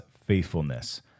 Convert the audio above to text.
faithfulness